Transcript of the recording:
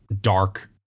dark